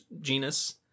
genus